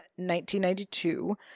1992